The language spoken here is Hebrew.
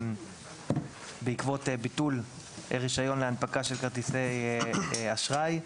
בעקבות ביטול רישיון להנפקה של כרטיסי אשראי,